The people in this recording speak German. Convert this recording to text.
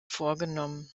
vorgenommen